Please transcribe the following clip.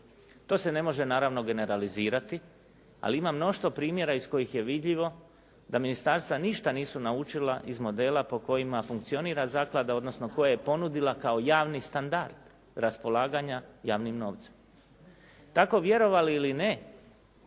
To se ne može naravno generalizirati ali ima mnoštvo primjera iz kojih je vidljivo da ministarstva ništa nisu naučila iz modela po kojima funkcionira zaklada odnosno koje je ponudila kao javni standard raspolaganja javnim novcem. Tako vjerovali li ili